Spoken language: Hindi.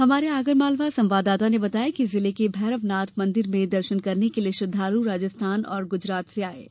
हमारे आगरमालवा संवाददाता ने बताया है कि जिले के भैरवनाथ मंदिर में दर्शन करने के लिये श्रद्वालु राजस्थान और गुजरात से आये हैं